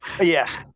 Yes